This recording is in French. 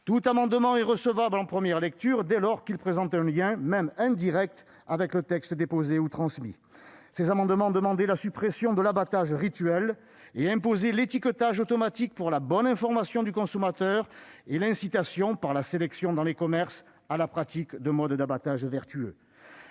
Tout amendement est recevable en première lecture dès lors qu'il présente un lien, même indirect, avec le texte déposé ou transmis. » Les amendements concernés visaient à supprimer l'abattage rituel et à imposer l'étiquetage automatique pour la bonne information du consommateur, afin d'inciter par la sélection dans les commerces à la pratique de modes d'abattage vertueux.